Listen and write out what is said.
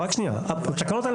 התקנות האלה